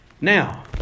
Now